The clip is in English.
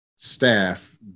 staff